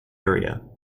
area